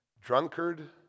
drunkard